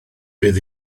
bydd